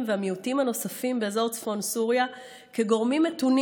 והמיעוטים הנוספים באזור צפון סוריה כגורמים מתונים